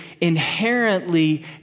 inherently